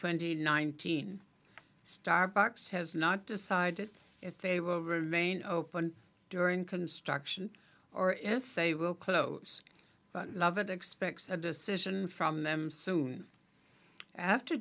twenty nineteen starbucks has not decided if they will remain open during construction or if they will close but love it expects a decision from them soon after